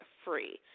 free